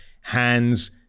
Hands